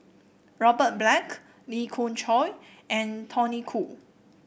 Robert Black Lee Khoon Choy and Tony Khoo